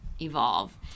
Evolve